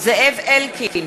זאב אלקין,